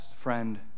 friend